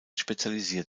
spezialisiert